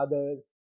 others